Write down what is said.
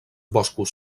boscos